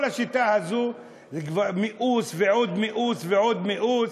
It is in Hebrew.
אני אומר לכם: כל השיטה הזאת זה כבר מיאוס ועוד מיאוס ועוד מיאוס.